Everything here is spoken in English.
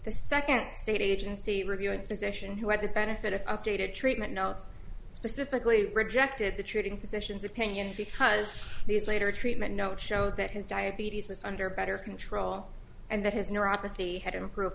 the second state agency reviewing physician who had the benefit of updated treatment notes specifically rejected the treating physicians opinion because these later treatment note show that his diabetes was under better control and that his neuropathy had improved